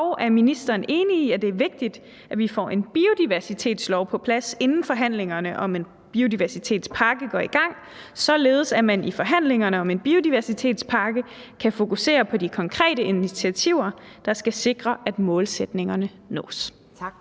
og er ministeren enig i, at det er vigtigt, at vi får en biodiversitetslov på plads, inden forhandlingerne om en biodiversitetspakke går i gang, således at man i forhandlingerne om en biodiversitetspakke kan fokusere på de konkrete initiativer, der skal sikre, at målsætningerne nås?